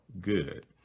good